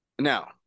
Now